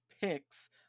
picks